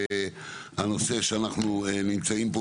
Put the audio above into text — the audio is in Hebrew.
הנושא שאנחנו נמצאים בו,